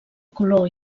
color